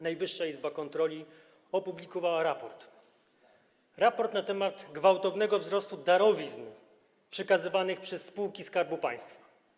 Najwyższa Izba Kontroli opublikowała raport na temat gwałtownego wzrostu darowizn przekazywanych przez spółki Skarbu Państwa.